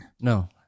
No